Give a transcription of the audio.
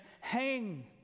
hang